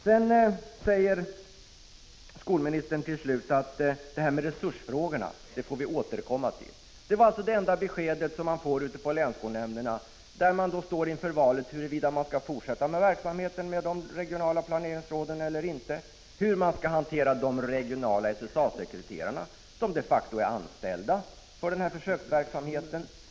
Sedan säger skolministern till slut att vi får återkomma till resursfrågorna. Det var alltså det enda besked som man får ute på länsskolnämnderna, där man står inför valet att bestämma huruvida man skall fortsätta med de regionala planeringsråden eller inte och hur man skall hantera de regionala SSA-sekreterarna, som är anställda för denna försöksverksamhet.